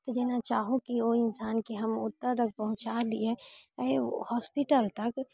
तऽ जेना चाहोके ओ इंसानके हम ओते तक पहुँचा दियै हॉस्पिटल तक